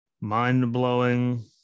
Mind-blowing